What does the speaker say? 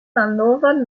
malnovan